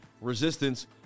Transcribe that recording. resistance